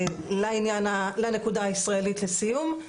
לנקודה הישראלית לסיום,